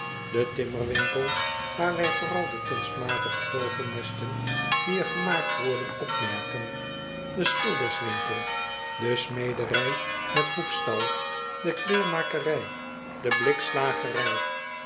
de timmerwinkel waar wij vooral de kunstmatige vogelnesten die er gemaakt worden opmerken de schilderswinkel de smederij met hoefstal de kleermakerij de